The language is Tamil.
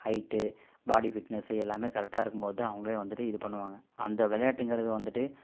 ஹைட்டு பாடி ஃபிட்னஸ்ஸு எல்லாமே கரெக்டாக இருக்கும் போது தான் அவங்களே வந்துகிட்டு இது பண்ணுவாங்கள் அந்த விளையாட்டுங்கிறது வந்துகிட்டு